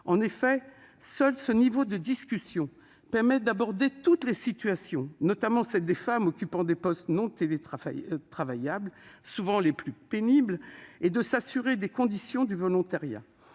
En effet, seul ce niveau de discussion permet d'aborder toutes les situations, notamment celles des femmes occupant des postes ne pouvant être exercés en télétravail, qui sont souvent les plus pénibles, et de s'assurer des conditions du volontariat.